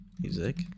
Music